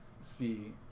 see